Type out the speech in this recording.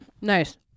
Nice